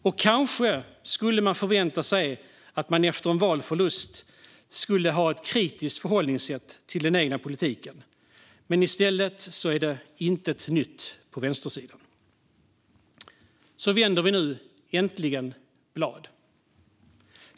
Och kanske skulle man efter en valförlust kunna vänta sig ett kritiskt förhållningssätt till den egna politiken, men i stället är det intet nytt på vänstersidan. Så vänder vi nu äntligen blad.